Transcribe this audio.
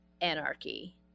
anarchy